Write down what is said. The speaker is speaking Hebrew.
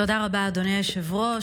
תודה רבה, אדוני היושב-ראש.